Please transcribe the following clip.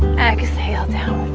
exhale down